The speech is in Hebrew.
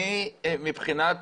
אני מבחינת